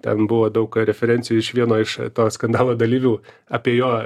ten buvo daug referencijų iš vieno iš to skandalo dalyvių apie jo